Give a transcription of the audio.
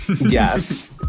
yes